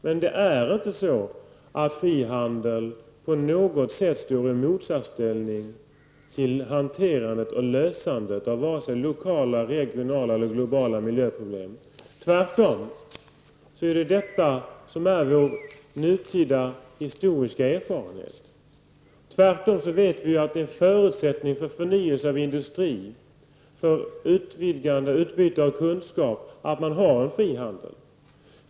Men frihandeln står inte på något sätt i motsatsställning till hanterandet och lösandet av vare sig lokala, regionala eller globala miljöproblem. Tvärtom är det vår nutida historiska erfarenhet att förutsättningarna för förnyelse av industrin och för utbyte av kunskap är att man har frihandel.